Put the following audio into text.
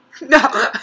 No